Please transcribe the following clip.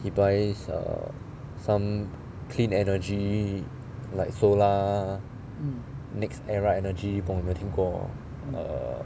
he buys err some clean energy like solar next era energy 不懂你有没有听过 err